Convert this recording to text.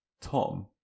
Tom